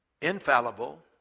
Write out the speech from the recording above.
infallible